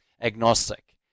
agnostic